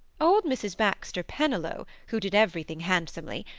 old mrs. baxter pennilow, who did everything handsomely,